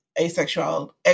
asexual